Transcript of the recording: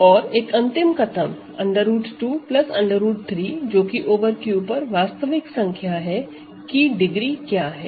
और एक अंतिम कथन √2 √3 जोकि ओवर Q पर वास्तविक संख्या है कि डिग्री क्या है